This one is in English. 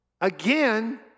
again